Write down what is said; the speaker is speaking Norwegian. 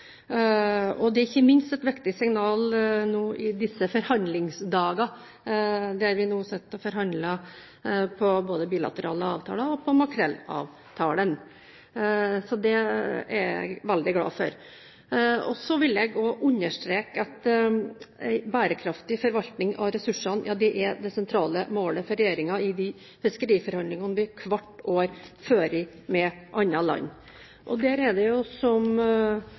Og det er ikke minst et viktig signal nå i disse forhandlingsdager, når vi nå sitter og forhandler om både bilaterale avtaler og makrellavtalen. Så det er jeg veldig glad for. Så vil jeg også understreke at bærekraftig forvaltning av ressursene er det sentrale målet for regjeringen i de fiskeriforhandlingene vi hvert år fører med andre land. Som representanten Nesvik pekte på: Kampen mot ulovlig fiske har også tidligere vært sentral i forhandlingene med Russland, og